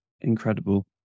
incredible